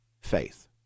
faith